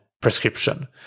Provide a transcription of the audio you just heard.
prescription